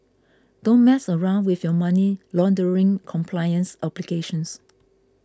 don't mess around with your money laundering compliance obligations